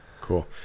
Cool